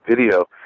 video